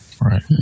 Right